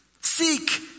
Seek